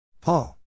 Paul